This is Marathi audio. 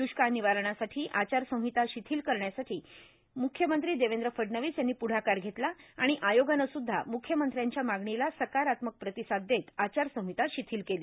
द्ष्काळ निवारणासाठी आचारसीहता र्शाथल करण्यासाठी सुद्धा मुख्यमंत्री देवद्र फडणवीस यांनी पुढाकार घेतला आर्गाण आयोगानं सुद्धा मुख्यमंत्र्यांच्या मागणीला सकारात्मक प्रातसाद देत आचारसीहता शिथिल केली